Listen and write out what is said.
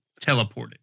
teleported